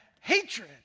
hatred